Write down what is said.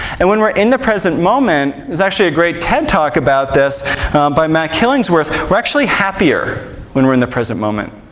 and when we're in the present moment there's actually a great ted talk about this by matt killingsworth we're actually happier when we're in the present moment.